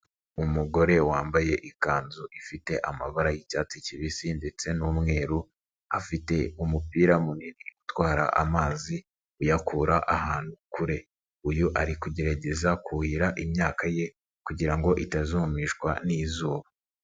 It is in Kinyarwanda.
Umugore wambaye ikanzu ifite amabara y'icyatsi kibisi ndetse n'umweru, afite umupira munini utwara amazi, uyakura ahantu kure, uyu ari kugerageza kuhira imyaka ye kugirango itazumishwa n'izuba.